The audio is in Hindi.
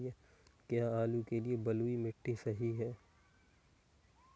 क्या आलू के लिए बलुई मिट्टी सही है?